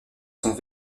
sont